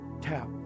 tap